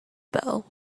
bell